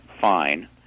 fine